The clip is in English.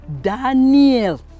Daniel